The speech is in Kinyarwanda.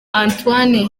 antoine